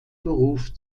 beruf